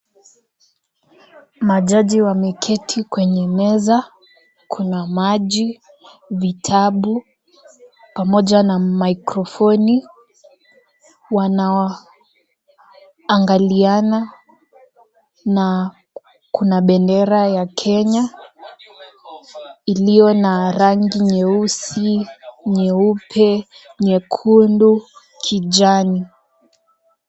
Majaji wameketi kwenye meza, kuna maji ,vitabu pamoja na mikrofoni .Wanaangaliana na kuna bendera ya Kenya iliyo na rangi nyeusi nyeupe, nyekundu ,kijani.